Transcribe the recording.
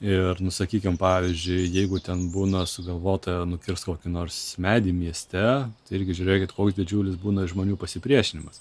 ir nu sakykim pavyzdžiui jeigu ten būna sugalvota nukirst kokį nors medį mieste irgi žiūrėkit koks didžiulis būna žmonių pasipriešinimas